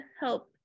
help